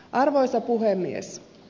arvoisa puhemies